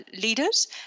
leaders